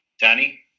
Danny